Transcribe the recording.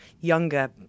younger